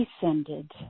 descended